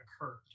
occurred